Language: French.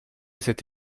cette